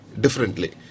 differently